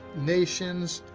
nations,